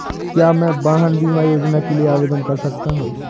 क्या मैं वाहन बीमा योजना के लिए आवेदन कर सकता हूँ?